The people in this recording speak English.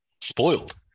spoiled